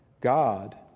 God